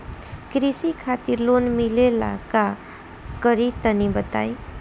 कृषि खातिर लोन मिले ला का करि तनि बताई?